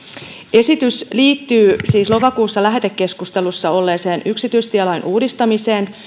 esitys liittyy siis lokakuussa lähetekeskustelussa olleeseen yksityistielain uudistamiseen